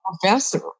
professor